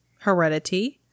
heredity